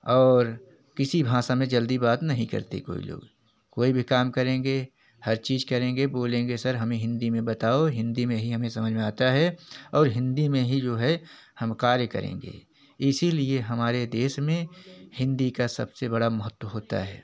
और किसी भाषा में जल्दी बात नहीं करते कोई लोग कोई भी काम करेंगे हर चीज़ करेंगे बोलेंगे सर हमें हिंदी में बताओ हिंदी में ही हमें समझ में आता है और हिंदी में ही जो है हम कार्य करेंगे इसी लिए हमारे देश में हिंदी का सबसे बड़ा महत्व होता है